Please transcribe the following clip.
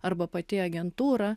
arba pati agentūra